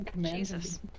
Jesus